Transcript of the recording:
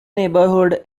neighborhood